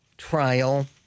trial